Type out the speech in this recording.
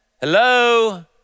hello